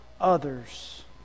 others